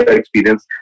experience